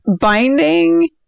binding